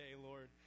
lord